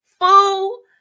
fool